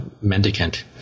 mendicant